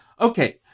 Okay